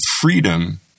freedom